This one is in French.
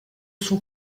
son